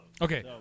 Okay